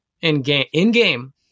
in-game